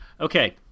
Okay